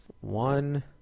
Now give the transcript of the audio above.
One